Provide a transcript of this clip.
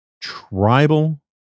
tribal